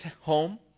home